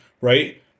right